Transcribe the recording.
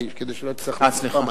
כדי שלא תצטרך להשיב פעמיים.